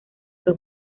que